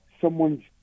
someone's